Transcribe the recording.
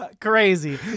crazy